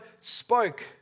spoke